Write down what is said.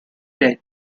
red